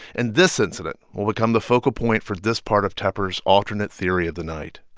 and this incident will become the focal point for this part of tepper's alternate theory of the night